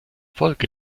folge